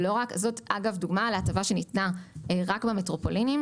זאת דוגמה להטבה שניתנה רק במטרופולינים